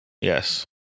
Yes